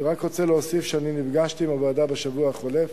אני רק רוצה להוסיף שאני נפגשתי עם הוועדה בשבוע החולף.